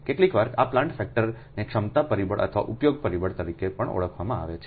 કેટલીકવાર આ પ્લાન્ટ ફેક્ટરને ક્ષમતા પરિબળ અથવા ઉપયોગ પરિબળ તરીકે પણ ઓળખવામાં આવે છે